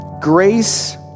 Grace